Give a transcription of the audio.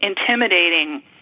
intimidating